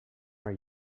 are